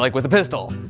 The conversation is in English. like with a pistol,